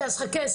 אז חכה.